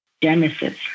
Genesis